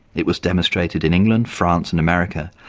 it was demonstrated in england, france and america,